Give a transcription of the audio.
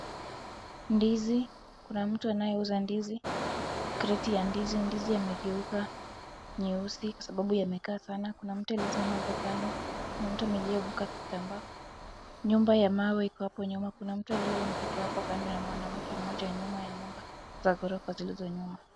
Ndizi, kuna mtu anayeuza ndizi, crate ya ndizi, ndizi yamegeuka nyeusi kwa sababu yamekaa sana, kuna mtu aliyesimama hapo kando, kuna mtu aliyefunga kitambaa, nyumba ya mawe iko hapo nyuma, kuna mtu aliyebeba mtoto hapo kando ya mwanamke mmoja nyuma ya nyumba za ghorofa zilizo nyuma.